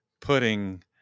putting